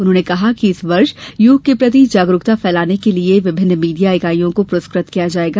उन्होंने कहा कि इस वर्ष योग के प्रति जागरूकता फैलाने के लिए विभिन्न मीडिया इकाइयों को पुरस्कृत किया जाएगा